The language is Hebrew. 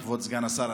כבוד סגן השר,